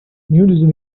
nudism